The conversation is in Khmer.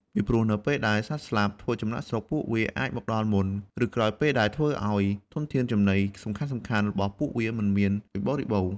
ពីព្រោះនៅពេលដែលសត្វស្លាបធ្វើចំណាកស្រុក ពួកវាអាចមកដល់មុន ឬក្រោយពេលដែលធ្វើអោយធនធានចំណីសំខាន់ៗរបស់ពួកវាមិនមានពេញបរិបូរណ៍។